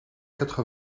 quatre